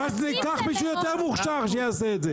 אז ניקח מישהו יותר מוכשר שיעשה את זה.